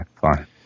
fine